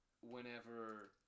whenever